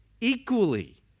equally